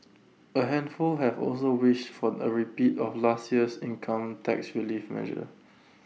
A handful have also wish for A repeat of last year's income tax relief measure